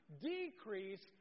decrease